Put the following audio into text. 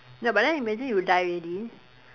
ya but then imagine you die already